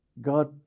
God